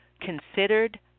considered